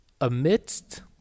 amidst